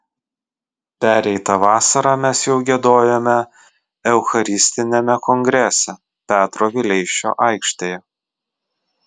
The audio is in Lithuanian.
pereitą vasarą mes jau giedojome eucharistiniame kongrese petro vileišio aikštėje